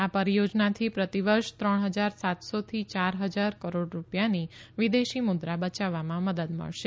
આ પરિયોજનાથી પ્રતિવર્ષ ત્રણ હજાર સાતસો થી ચાર હજાર કરોડ રૂપિયાની વિદેશી મુદ્રા બચાવવામાં મદદ મળશે